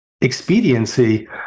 expediency